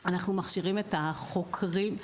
אנחנו מכשירים את החוקרים.